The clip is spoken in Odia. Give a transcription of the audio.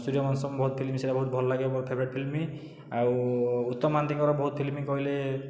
ସୂରିୟବଂସମ ବହୁତ ଫିଲ୍ମ ସେଇଟା ଭଲ ଲାଗେ ମୋ ଫେଭରାଇଟ ଫିଲ୍ମ ଆଉ ଉତ୍ତମ ମହାନ୍ତିଙ୍କର ବହୁତ ଫିଲ୍ମ କହିଲେ